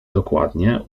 dokładnie